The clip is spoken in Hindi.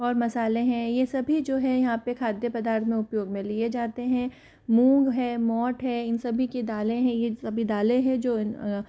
और मसाले हैं ये सभी जो हैं यहाँ पर खाद्य पदार्थ में उपयोग में लिए जाते हैं मूंग है मोठ हैं इन सभी की दाले हैं ये सभी दालें है जो